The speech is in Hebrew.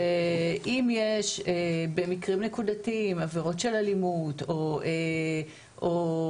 שאם יש במקרים נקודתיים עבירות של אלימות או אם